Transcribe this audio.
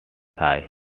thai